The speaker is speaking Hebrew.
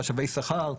חשבי שכר,